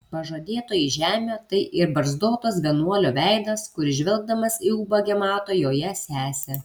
pažadėtoji žemė tai ir barzdotas vienuolio veidas kuris žvelgdamas į ubagę mato joje sesę